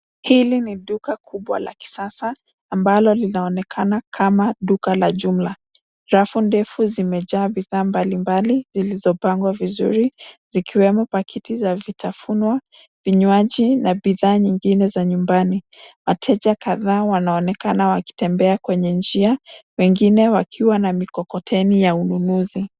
Hili ni duka kubwa la kisasa ambalo linaonekana kama duka la jumla. Rafu ndefu zimejaa bidhaa mbalimbali zilizopangwa vizuri zikiwemo pakiti za vitafunwa, vinywaji na bidhaa nyingine za nyumbani. Wateja kadhaa wanaonekana wakitembea kwenye njia wengine wakiwa na mikokoteni ya ununuzi.